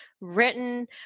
written